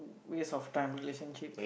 waste of time relationship